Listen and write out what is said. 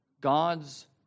God's